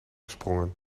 sprongen